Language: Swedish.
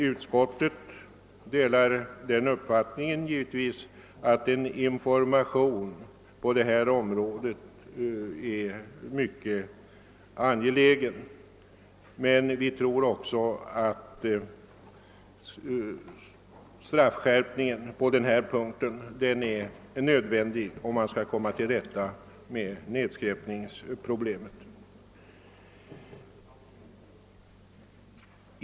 Utskottet delar givetvis uppfattningen att en information på detta område är mycket angelägen, men vi tror också att en straffskärpning på denna punkt är nödvändig om man skall komma till rätta med nedskräpningsproblemet.